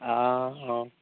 অঁ অঁ